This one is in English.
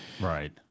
right